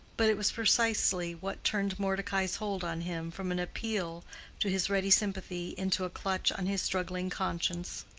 but it was precisely what turned mordecai's hold on him from an appeal to his ready sympathy into a clutch on his struggling conscience.